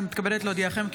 אני מתכבדת להודיעכם,